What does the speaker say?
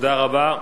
תודה רבה.